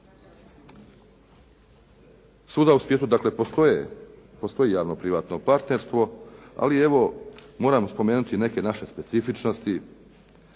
Svuda u svijetu dakle postoje, postoji javno-privatno partnerstvo ali evo moram spomenuti neke naše specifičnosti